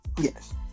yes